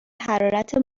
حرارت